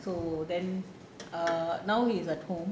so then err now he is at home